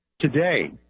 today